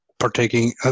partaking